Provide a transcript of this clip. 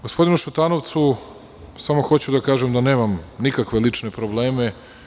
Gospodinu Šutanovcu samo hoću da kažem da nemam nikakve lične probleme.